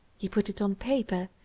he put it on paper,